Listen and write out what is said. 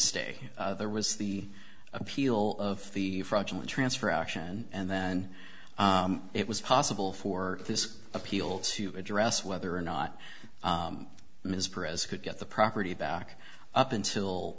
stay there was the appeal of the fraudulent transfer action and then it was possible for this appeal to address whether or not ms president get the property back up until